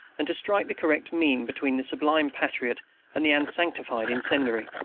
and to strike the correct mean between the sublime patriot and the unsanctified incendiary,